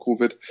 COVID